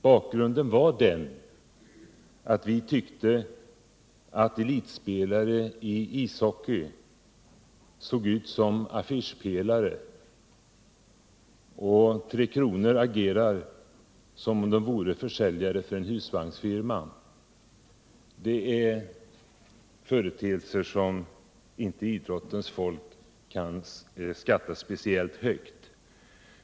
Bakgrunden var att vi tyckte att elitspelare i ishockey såg ut som affischpelare. ”Tre Kronor” agerar f. ö. som om de vore försäljare för en husvagnsfirma. Detta är företeelser som idrottsfolket inte kan skatta speciellt högt.